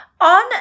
on